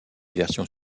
versions